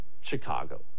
Chicago